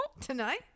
tonight